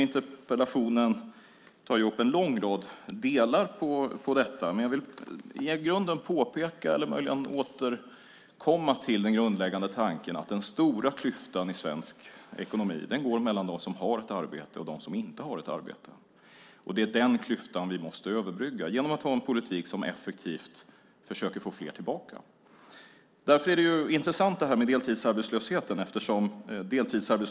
Interpellationen tar upp en lång rad aspekter på detta, men jag vill återkomma till den grundläggande tanken i vår analys, nämligen att den stora klyftan i svensk ekonomi går mellan dem som har ett arbete och dem som inte har ett arbete. Det är den klyftan vi måste överbrygga genom att ha en politik som effektivt försöker få fler tillbaka. Detta med deltidsarbetslösheten är intressant.